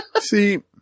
See